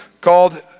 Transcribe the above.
called